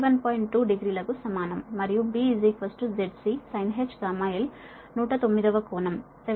2 degree లకు సమానం మరియు B ZC sinh γl నూట తొమ్మిదవ కోణం 72